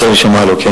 אתה צריך להישמע לו.